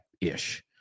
ish